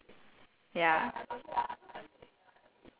yes please take this for the hokkien recording paiseh